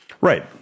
right